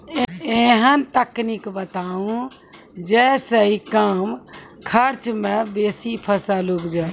ऐहन तकनीक बताऊ जै सऽ कम खर्च मे बेसी फसल उपजे?